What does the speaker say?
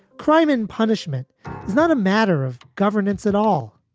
crime and punishment is not a matter of governance at all,